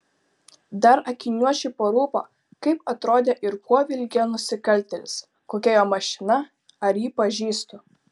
dar akiniuočiui parūpo kaip atrodė ir kuo vilkėjo nusikaltėlis kokia jo mašina ar jį pažįstu